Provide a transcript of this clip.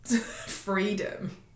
freedom